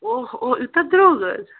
اوٚہ اوٚہ یوٗتاہ درٛوٚگ حظ